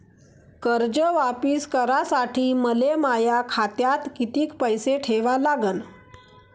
कर्ज वापिस करासाठी मले माया खात्यात कितीक पैसे ठेवा लागन?